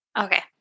Okay